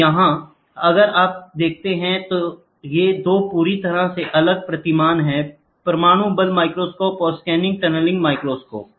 तो यहाँ अगर आप देखते हैं ये 2 पूरी तरह से अलग प्रतिमान हैं परमाणु बल माइक्रोस्कोप और स्कैनिंग टनलिंग माइक्रोस्कोप